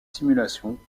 simulations